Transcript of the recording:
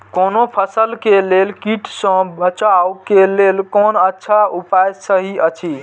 कोनो फसल के लेल कीट सँ बचाव के लेल कोन अच्छा उपाय सहि अछि?